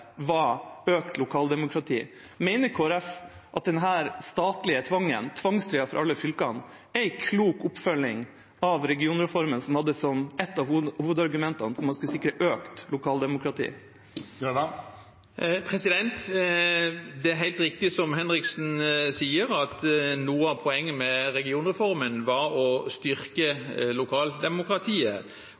var økt lokaldemokrati. Mener Kristelig Folkeparti at denne statlige tvangstrøya for alle fylkene er en klok oppfølging av regionreformen, som hadde som et av hovedargumentene å sikre økt lokaldemokrati? Det er helt riktig som Henriksen sier, at noe av poenget med regionreformen var å styrke lokaldemokratiet,